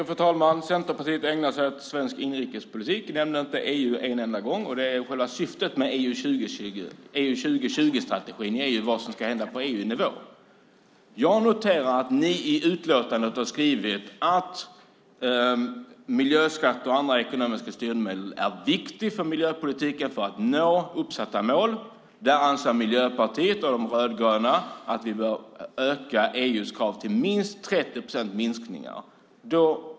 Fru talman! Centerpartiet ägnar sig åt svensk inrikespolitik. Man nämner inte EU en enda gång. Själva syftet med EU 2020-strategin är vad som ska hända på EU-nivå. Jag noterar att ni i utlåtandet har skrivit att miljöskatter och andra ekonomiska styrmedel är viktiga för miljöpolitiken för att nå uppsatta mål. Där anser Miljöpartiet och de rödgröna att vi bör öka EU:s krav till minst 30 procents minskningar.